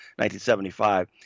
1975